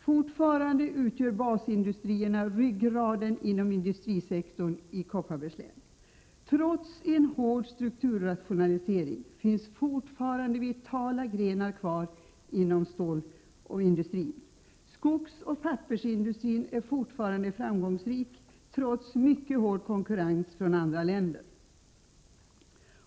Fortfarande utgör basindustrierna ryggraden inom industrisektorn i Kopparbergs län. Trots en hård strukturrationalisering finns fortfarande vitala grenar kvar inom stålindustrin. Skogsoch pappersindustrin är fortfarande framgångsrik, trots mycket hård konkurrens från andra länder.